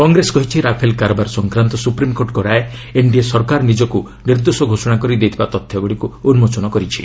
କଂଗ୍ରେସ କହିଛି ରାଫେଲ୍ କାରବାର ସଂକ୍ରାନ୍ତ ସ୍ୱପ୍ରିମ୍କୋର୍ଟଙ୍କ ରାୟ ଏନ୍ଡିଏ ସରକାର ନିଜକୁ ନିର୍ଦ୍ଦୋଷ ଘୋଷଣା କରି ଦେଇଥିବା ତଥ୍ୟଗୁଡ଼ିକୁ ଉନ୍କୋଚନ କରିଛି